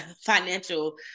financial